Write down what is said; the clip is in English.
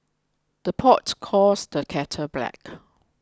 the pot calls the kettle black